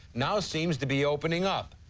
now seems to be opening up.